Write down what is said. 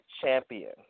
champion